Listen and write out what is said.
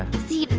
see,